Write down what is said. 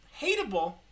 hateable